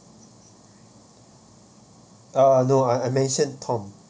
uh no I I mention tom